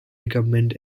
recommend